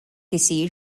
isir